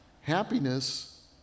Happiness